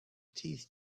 teeth